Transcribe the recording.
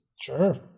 sure